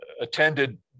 attended